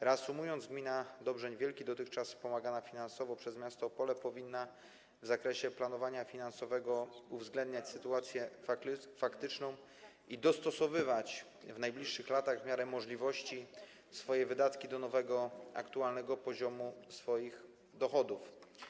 Reasumując - gmina Dobrzeń Wielki, dotychczas wspomagana finansowo przez miasto Opole, powinna w zakresie planowania finansowego uwzględniać sytuację faktyczną i dostosowywać w najbliższych latach, w miarę możliwości, swoje wydatki do nowego, aktualnego poziomu swoich dochodów.